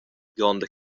gronda